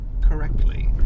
correctly